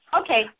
Okay